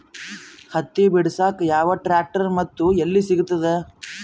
ಹತ್ತಿ ಬಿಡಸಕ್ ಯಾವ ಟ್ರ್ಯಾಕ್ಟರ್ ಮತ್ತು ಎಲ್ಲಿ ಸಿಗತದ?